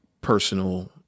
personal